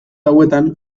hauetan